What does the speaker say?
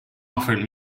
offered